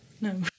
no